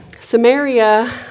Samaria